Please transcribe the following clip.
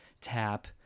tap